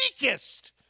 weakest